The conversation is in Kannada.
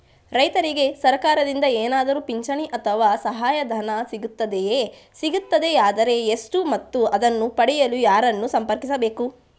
ರೈತರಿಗೆ ಸರಕಾರದಿಂದ ಏನಾದರೂ ಪಿಂಚಣಿ ಅಥವಾ ಸಹಾಯಧನ ಸಿಗುತ್ತದೆಯೇ, ಸಿಗುತ್ತದೆಯಾದರೆ ಎಷ್ಟು ಮತ್ತು ಅದನ್ನು ಪಡೆಯಲು ಯಾರನ್ನು ಸಂಪರ್ಕಿಸಬೇಕು?